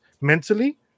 mentally